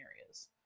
areas